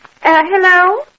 hello